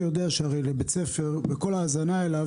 אתה יודע שלבית ספר וכל ההזנה אליו,